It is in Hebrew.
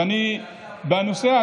ואני בנושא,